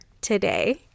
today